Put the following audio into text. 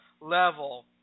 level